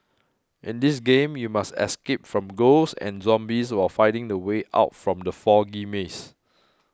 in this game you must escape from ghosts and zombies while finding the way out from the foggy maze